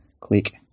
Click